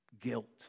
Guilt